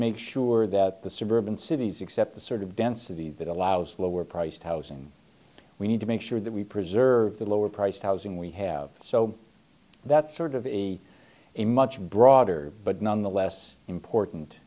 make sure that the suburban cities accept the sort of density that allows lower priced housing we need to make sure that we preserve the lower priced housing we have so that's sort of a a much broader but nonetheless important